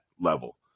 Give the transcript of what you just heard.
level